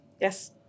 Yes